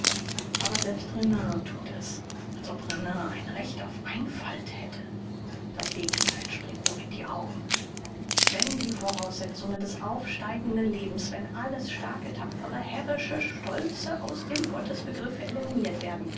aber selbst renan thut es als ob renan ein recht auf einfalt hätte das gegentheil springt doch in die augen wenn die voraussetzungen des aufsteigenden lebens wenn alles starke tapfere herrische stolze aus dem gottesbegriffe eliminirt werden